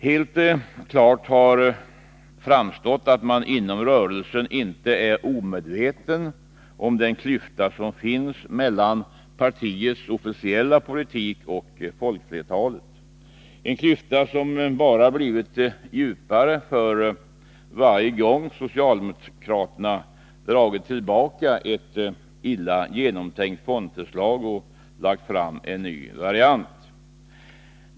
Helt klart har framstått att man inom ”rörelsen” inte är omedveten om den klyfta som finns mellan partiets officiella politik och folkflertalet, en klyfta som bara blivit djupare för varje gång socialdemokraterna dragit tillbaka ett illa genomtänkt fondförslag och lagt fram en ny variant.